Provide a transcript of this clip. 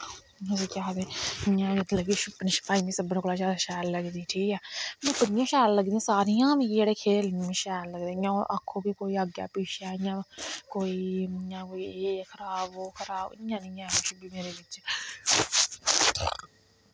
केह् आखदे इयां मतलव कि शुपन शुपाई मिकी सभनी कोला शैल लगदी ठीक ऐ सब्भने गै शैल लगदे इयां सारियां गै मिगी जेह्ड़े खेल न शैल लगदे इयां कोई अक्खो भाई कोई अग्गै पिच्छैं इयां कोई इयां कोई खराब ओह् खराब इयां नेंई ऐ मेरे बिच